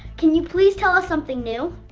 can you please tell us something new?